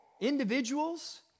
Individuals